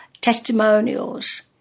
testimonials